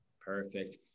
Perfect